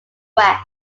west